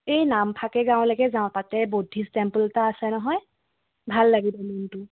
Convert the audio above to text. এই নামফাকে গাঁওলৈকে যাওঁ তাতে বৌদ্ধিষ্ট টেম্প'ল এটা আছে নহয় ভাল লাগিব মনটো